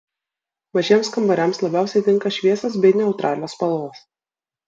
mažiems kambariams labiausiai tinka šviesios bei neutralios spalvos